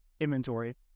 inventory